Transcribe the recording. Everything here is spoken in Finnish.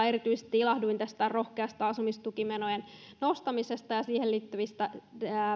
erityisesti ilahduin tästä rohkeasta asumistukimenojen esiin nostamisesta ja siihen liittyvistä